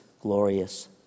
glorious